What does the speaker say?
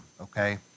okay